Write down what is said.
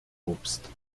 obst